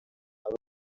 aba